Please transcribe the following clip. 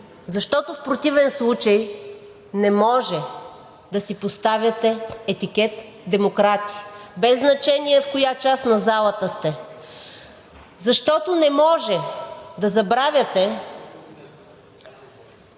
защото в противен случай не може да си поставяте етикет „демократи“ без значение в коя част на залата сте, защото не може да забравяте,